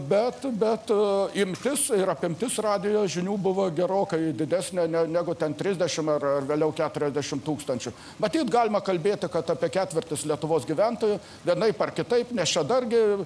bet bet imtis ir apimtis radijo žinių buvo gerokai didesnė ne negu ten trisdešimt ar ar vėliau keturiasdešimt tūkstančių matyt galima kalbėti kad apie ketvirtis lietuvos gyventojų vienaip ar kitaip nes čia dargi